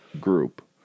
group